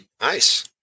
Nice